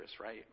right